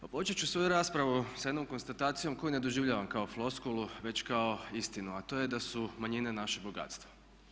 Pa početi ću svoju raspravu sa jednom konstatacijom koju ne doživljavam kao floskulu već kao istinu a to je da su manjine naše bogatstvo.